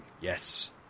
Yes